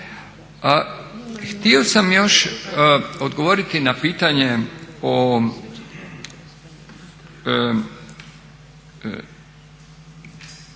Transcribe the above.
Htio sam još odgovoriti na pitanje